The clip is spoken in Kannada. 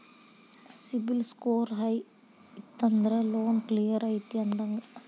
ಸಿಬಿಲ್ ಸ್ಕೋರ್ ಹೈ ಇತ್ತಂದ್ರ ಲೋನ್ ಕ್ಲಿಯರ್ ಐತಿ ಅಂದಂಗ